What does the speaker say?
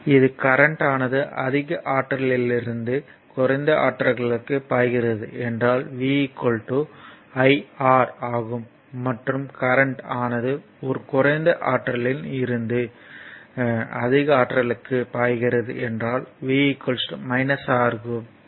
இது கரண்ட் ஆனது அதிக ஆற்றலிலிருந்து குறைந்த ஆற்றலுக்கு பாய்கிறது என்றால் V IR ஆகும் மற்றும் கரண்ட் ஆனது ஒரு குறைந்த ஆற்றலில் இருந்து அதிக ஆற்றலுக்கு பாய்கிறது என்றால் V R ஆகும்